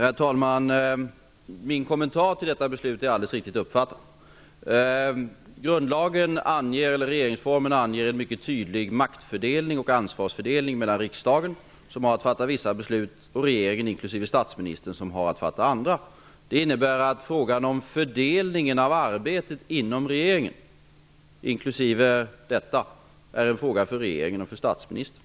Herr talman! Min kommentar till detta beslut är alldeles riktigt uppfattad. Regeringsformen anger en mycket tydlig maktfördelning och ansvarsfördelning mellan riksdagen, som har att fatta vissa beslut, och regeringen inklusive statsministern, som har att fatta andra. Det innebär att frågan om fördelningen av arbetet inom regeringen, inklusive detta, är en fråga för regeringen och för statsministern.